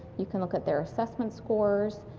you can look at their assessment scores,